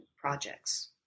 projects